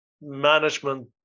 management